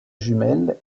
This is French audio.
jumelle